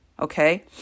Okay